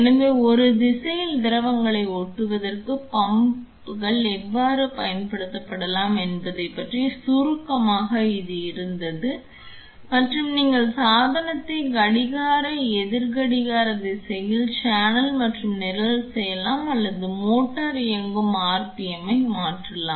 எனவே ஒரு திசையில் திரவங்களை ஓட்டுவதற்கு பம்ப்கள் எவ்வாறு பயன்படுத்தப்படலாம் என்பதைப் பற்றிய சுருக்கமாக இது இருந்தது மற்றும் நீங்கள் சாதனத்தை கடிகார எதிர் கடிகார திசையில் சேனல் மற்றும் நிரல் செய்யலாம் அல்லது மோட்டார் இயங்கும் rpm ஐ மாற்றலாம்